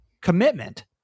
commitment